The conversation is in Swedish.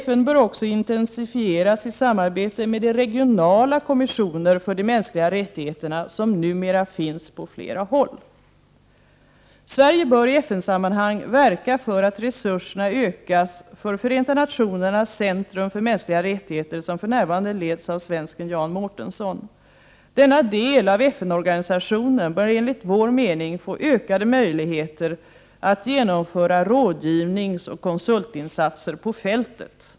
FN bör också intensifiera sitt samarbete med de regionala kommissioner för de mänskliga rättigheterna som numera finns på flera håll. Sverige bör i FN-sammanhang verka för att resurserna ökas för Förenta nationernas centrum för mänskliga rättigheter, som för närvarande leds av svensken Jan Mårtensson. Denna del av FN-organisationen bör enligt vår mening få ökade möjligheter att genomföra rådgivningsoch konsultinsatser på fältet.